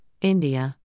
India